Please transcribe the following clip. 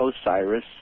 Osiris